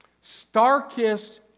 star-kissed